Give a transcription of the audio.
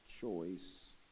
choice